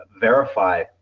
verify